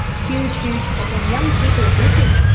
huge, huge problem. young people are busy,